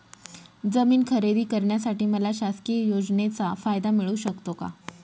जमीन खरेदी करण्यासाठी मला शासकीय योजनेचा फायदा मिळू शकतो का?